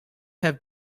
have